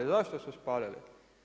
Zašto su spalili.